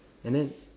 and then